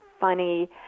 funny